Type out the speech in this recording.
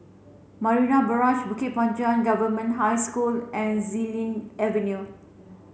Marina Barrage Bukit Panjang Government High School and Xilin Avenue